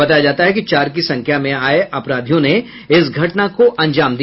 बताया जाता है कि चार की संख्या में आये अपराधियों ने इस घटना को अंजाम दिया